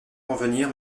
convenir